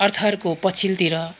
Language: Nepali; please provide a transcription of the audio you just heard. अर्थहरूको पछिल्तिर